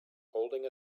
holding